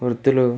వృద్దులు